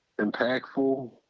impactful